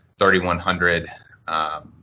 3,100